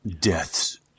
Death's